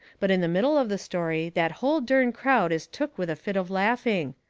but in the middle of the story that hull dern crowd is took with a fit of laughing.